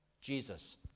Jesus